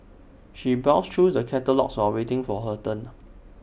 she browsed through the catalogues while waiting for her turn